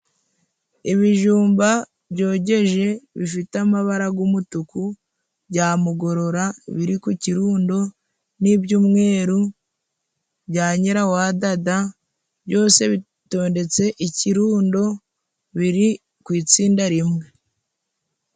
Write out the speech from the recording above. Ibijumba byogeje bifite amabara g'umutuku bya Mugorora biri ku kirundo n'iby'umweru bya Nyirawadada, byose bidondetse ikirundo biri ku itsinda rimwe.